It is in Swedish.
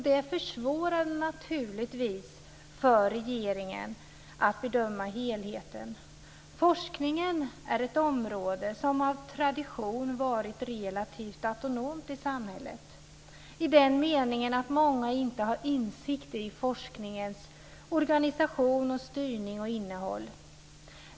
Det försvårade naturligtvis för regeringen att bedöma helheten. Forskningen är ett område som av tradition varit relativt autonomt i samhället i den meningen att många inte har insikt i forskningens organisation, styrning och innehåll.